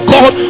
God